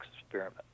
experiment